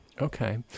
Okay